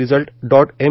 result dot M